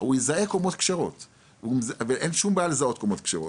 הוא יזהה קומות כשרות ואין שום בעיה לזהות קומות כשרות,